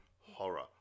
horror